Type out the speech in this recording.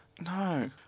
No